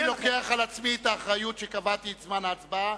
אני לוקח על עצמי את האחריות שקבעתי את זמן ההצבעה.